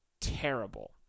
Terrible